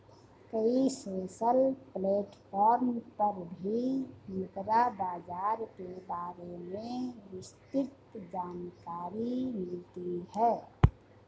कई social platform पर भी मुद्रा बाजार के बारे में विस्तृत जानकरी मिलती है